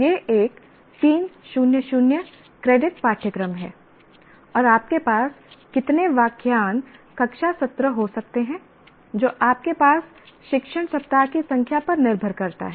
यह एक 3 0 0 क्रेडिट पाठ्यक्रम है और आपके पास कितने व्याख्यान कक्षा सत्र हो सकते हैं जो आपके पास शिक्षण सप्ताह की संख्या पर निर्भर करता है